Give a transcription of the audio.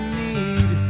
need